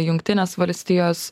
jungtinės valstijos